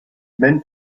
men